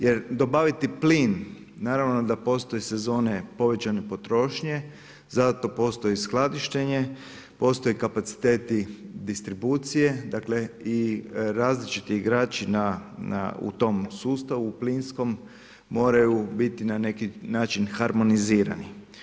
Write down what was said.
Jer, dobaviti plin, naravno da postoji sezone povećane potrošnje, zato postoje skladištenje, postoje kapaciteti distribucije, dakle, i različiti igrači na u tom sustavu plinskom, moraju biti na neki način harmonizirani.